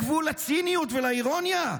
אין גבול לציניות ולאירוניה?